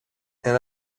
and